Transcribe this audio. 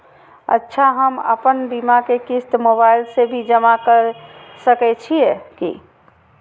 अच्छा हम आपन बीमा के क़िस्त मोबाइल से भी जमा के सकै छीयै की?